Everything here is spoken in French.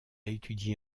étudié